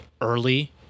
early